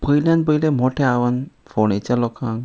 पयल्यान पयले मोठे आवन फोणेच्या लोकांक